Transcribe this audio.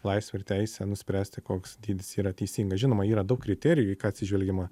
laisvę ir teisę nuspręsti koks dydis yra teisingas žinoma yra daug kriterijų į ką atsižvelgiama